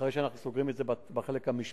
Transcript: אחרי שאנחנו סוגרים את זה בחלק המשפטי,